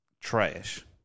Trash